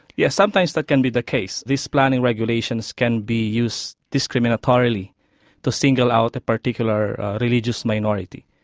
yes, sometimes that can be the case. these planning regulations can be used discriminatorily to single out a particular religious minority.